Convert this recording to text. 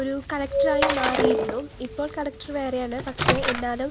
ഒരു കലക്ടറായി മാറിയിരുന്നു ഇപ്പോൾ കളക്ടർ വേറെയാണ് പക്ഷേ എന്നാലും